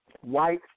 white